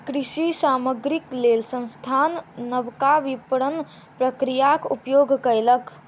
कृषि सामग्रीक लेल संस्थान नबका विपरण प्रक्रियाक उपयोग कयलक